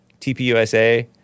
TPUSA